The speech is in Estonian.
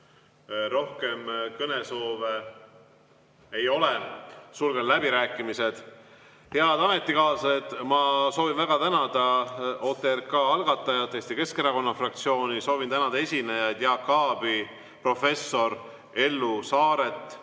Rohkem kõnesoove ei ole, sulgen läbirääkimised. Head ametikaaslased! Ma soovin väga tänada OTRK algatajat, Eesti Keskerakonna fraktsiooni. Soovin tänada esinejaid Jaak Aabi, professor Ellu Saart,